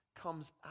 comes